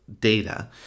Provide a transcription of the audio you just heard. Data